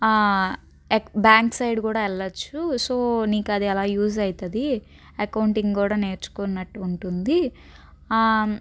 ఎక్ bank side కూడా వెళ్ళచ్చు సో నీకు అది అలా యూజ్ అవుతుంది అకౌంటింగ్ కూడా నేర్చుకున్నట్టు ఉంటుంది